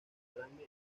grande